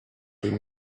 been